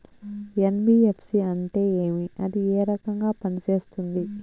NBFC అంటే ఏమి అది ఏ రకంగా పనిసేస్తుంది